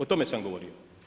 O tome sam govorio.